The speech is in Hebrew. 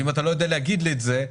ואם אתה לא יודע להגיד לי את זה,